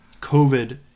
COVID